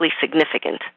significant